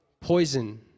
poison